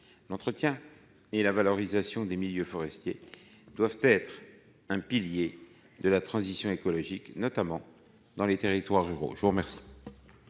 l'entretien et la valorisation des milieux forestiers doivent être un pilier de la transition écologique, notamment dans les territoires ruraux, je vous remercie.